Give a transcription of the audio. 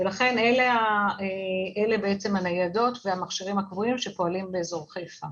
אלה בעצם הניידות והמכשירים הקבועים שפועלים באזור חיפה.